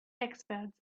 experts